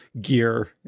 gear